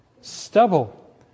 Stubble